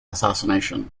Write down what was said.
assassination